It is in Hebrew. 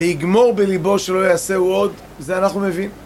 יגמור בליבו שלא יעשהו עוד, זה אנחנו מבינים.